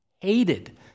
hated